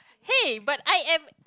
hey but I am